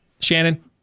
Shannon